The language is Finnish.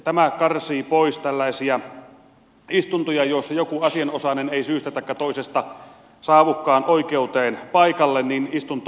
tämä karsii pois tällaisia istuntoja joissa joku asianosainen ei syystä taikka toisesta saavukaan oikeuteen paikalle